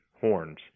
horns